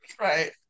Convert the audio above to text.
right